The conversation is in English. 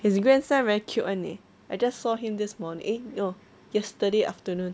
his grandson very cute [one] leh I just saw him this morning eh no yesterday afternoon